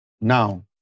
now